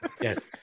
yes